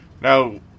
now